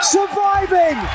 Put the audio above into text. Surviving